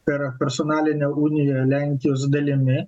per personalinę uniją lenkijos dalimi